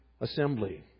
assembly